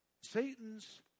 Satan's